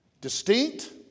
Distinct